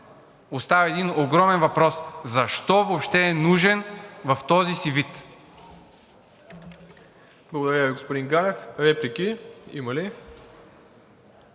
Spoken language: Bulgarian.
остава един огромен въпрос: защо въобще е нужен в този му вид?